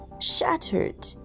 shattered